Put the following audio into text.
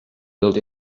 built